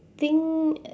think